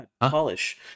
polish